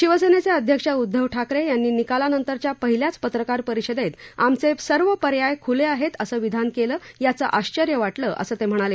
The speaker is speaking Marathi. शिवसेनेचे अध्यक्ष उद्धव ठाकरे यांनी निकालानंतरच्या पहिल्याच पत्रकार परिषदेत आमचे सर्व पर्याय खुले आहेत असं विधान केलं याचं आश्वर्य वाटलं असं ते म्हणाले